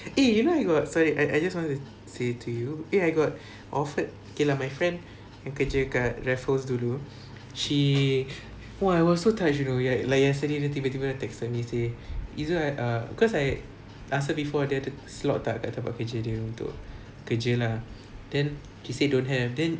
eh you know you got sorry I I just want to say to you eh I got offered okay lah my friend yang kerja kat raffles dulu she !wah! I was so touched you know like like yesterday dia tiba-tiba texted me say izwal err cause I ask her before dia ada slot tak kat tempat kerja dia kerja lah then she say don't have then